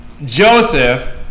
Joseph